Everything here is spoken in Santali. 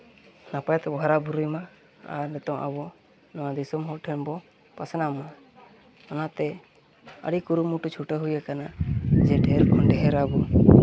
ᱱᱟᱯᱟᱭ ᱛᱮᱵᱚᱱ ᱦᱟᱨᱟᱼᱵᱩᱨᱩᱭ ᱢᱟ ᱟᱨ ᱱᱤᱛᱚᱝ ᱟᱵᱚ ᱱᱚᱣᱟ ᱫᱤᱥᱚᱢ ᱦᱚᱲ ᱴᱷᱮᱱ ᱵᱚᱱ ᱯᱟᱥᱱᱟᱣᱢᱟ ᱚᱱᱟᱛᱮ ᱟᱹᱰᱤ ᱠᱩᱨᱩᱢᱩᱴᱩ ᱪᱷᱩᱴᱟᱹᱣ ᱦᱩᱭ ᱠᱟᱱᱟ ᱡᱮ ᱰᱷᱮᱨ ᱠᱷᱚᱱ ᱰᱷᱮᱨ ᱟᱵᱚ